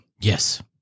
Yes